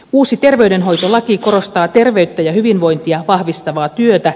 uusi terveydenhoitolaki korostaa terveyttä ja hyvinvointia vahvistavaa työtä